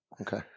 okay